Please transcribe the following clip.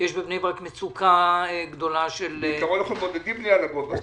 יש בבני ברק מצוקה גדולה --- בעיקרון אנחנו מעודדים בנייה לגובה.